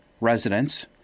residents